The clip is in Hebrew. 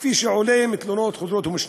כפי שעולה מתלונות חוזרות ונשנות.